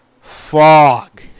Fog